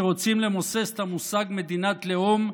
שרוצים למוסס את המושג "מדינת לאום"